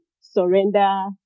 surrender